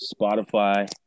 Spotify